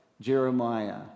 Jeremiah